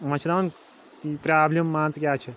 وۄنۍ چھِ دپُن پرٛابلِم مان ژٕ کیاہ چھِ